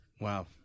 Wow